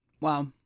Wow